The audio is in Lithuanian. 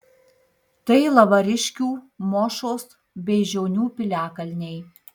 tai lavariškių mošos beižionių piliakalniai